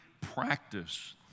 practice